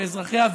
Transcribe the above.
באזרחיה,